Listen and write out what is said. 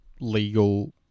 legal